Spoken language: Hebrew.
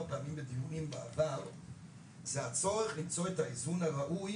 דיונים בעבר זה הצורך למצוא את האיזון הראוי